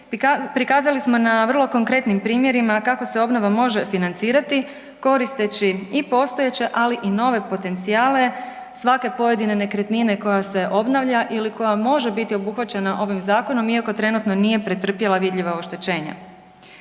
prikazali smo na vrlo konkretnim primjerima kako se obnova može financirati koristeći i postojeća ali i nove potencijale svake pojedine nekretnine koja se obnavlja ili koja može biti obuhvaćena ovim zakonom iako trenutno nije pretrpjela vidljiva oštećenja.